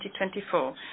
2024